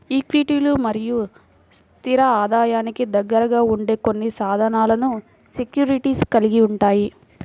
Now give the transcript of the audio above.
ఈక్విటీలు మరియు స్థిర ఆదాయానికి దగ్గరగా ఉండే కొన్ని సాధనాలను సెక్యూరిటీస్ కలిగి ఉంటాయి